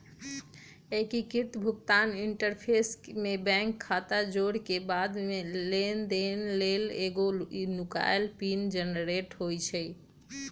एकीकृत भुगतान इंटरफ़ेस में बैंक खता जोरेके बाद लेनदेन लेल एगो नुकाएल पिन जनरेट होइ छइ